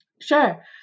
Sure